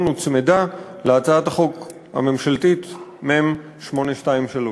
הוצמדה להצעת החוק הממשלתית מ/823.